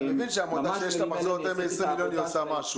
אבל אתה מבין שעמותה שיש לה מחזור יותר מ-20 מיליון עושה משהו.